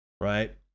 right